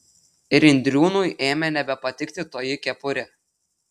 ir indriūnui ėmė nebepatikti toji kepurė